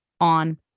on